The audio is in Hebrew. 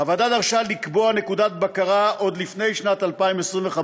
הוועדה דרשה לקבוע נקודת בקרה עוד לפני שנת 2025,